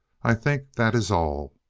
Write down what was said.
i think that is all.